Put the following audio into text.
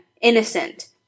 innocent